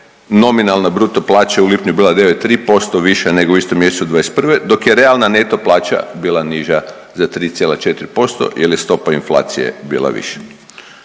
nominalna bruto plaća u lipnju bila 9,3% viša nego u istom mjesecu '21., dok je realna neto plaća bila niža za 3,4% jer je stopa inflacije bila viša.